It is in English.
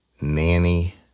Nanny